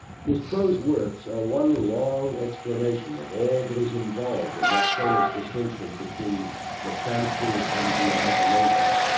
his prose works are one long explanation of all that is involved in that famous distinction between the fancy and the imagination.